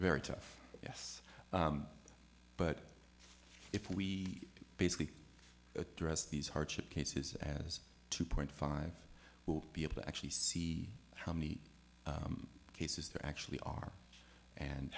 very tough yes but if we basically address these hardship cases as two point five we'll be able to actually see how meat cases there actually are and